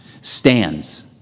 stands